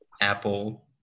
Apple